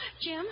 Jim